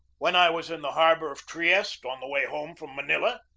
when i was in the harbor of trieste on the way home from manila,